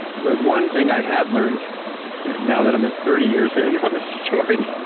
the one thing i have learned now that i'm at thirty years in on this story,